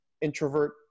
introvert